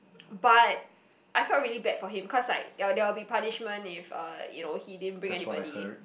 but I felt really bad for him cause like uh there will be punishment if uh you know he didn't bring anybody